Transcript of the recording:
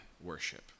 worship